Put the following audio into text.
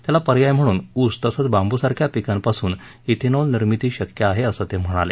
त्याला पर्याय म्हणून ऊस तसंच बांबूसारख्या पिकांपासून श्विंनोल निर्मिती शक्य आहे असं ते म्हणाले